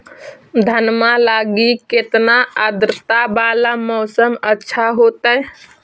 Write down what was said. धनमा लगी केतना आद्रता वाला मौसम अच्छा होतई?